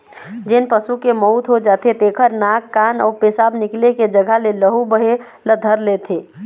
जेन पशु के मउत हो जाथे तेखर नाक, कान अउ पेसाब निकले के जघा ले लहू बहे ल धर लेथे